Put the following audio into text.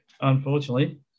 unfortunately